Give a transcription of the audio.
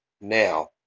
now